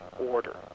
order